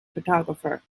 photographer